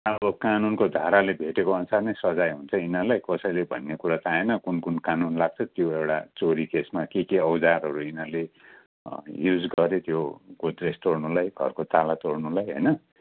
अब कानुनको धाराले भेटोको अनुसार नै सजाय हुन्छ यिनीहरूलाई कसैले भन्ने कुरा त आएन कुन कुन कानुन लाग्छ त्यो एउटा चोरी केसमा के के औजारहरू यिनीहरूले युज गरे त्यो गोद्रेज तोड्नलाई घरको ताला तोड्नलाई होइन